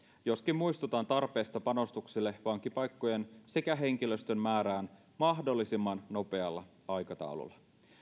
joskin muistutan tarpeesta panostuksille vankipaikkojen sekä henkilöstön määrään mahdollisimman nopealla aikataululla